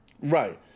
Right